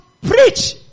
preach